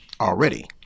already